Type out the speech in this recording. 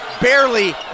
barely